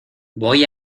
voy